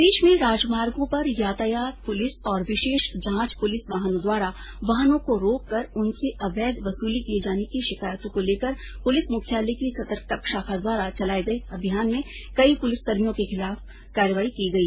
प्रदेश में राजमार्गों पर यातायात पुलिस और विशेष जांच पुलिस वाहनों द्वारा वाहनों को रोककर उनसे अवैध वसूली किये जाने की शिकायतों को लेकर पुलिस मुख्यालय की सतर्कता शाखा द्वारा चलाये अभियान में कई पुलिसकर्मियों के खिलाफ कार्रवाई की गई